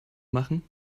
machen